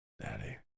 Daddy